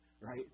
Right